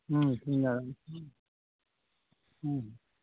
ହଁ ହଁ ହଁ